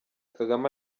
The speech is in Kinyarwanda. kagame